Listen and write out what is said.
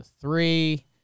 three